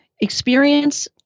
experience